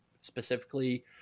Specifically